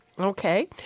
Okay